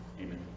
Amen